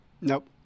nope